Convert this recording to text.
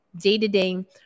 Day-to-day